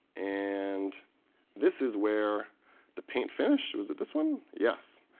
and this is where the paint finish was at this one? yes,